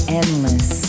endless